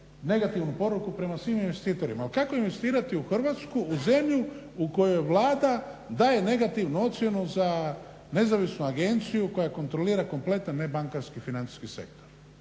negativnu poruku prema svim investitorima. Ali kako investirati u Hrvatsku, u zemlju u kojoj Vlada daje negativnu ocjenu za nezavisnu agenciju koja kontrolira kompletan nebankarski financijski sektor,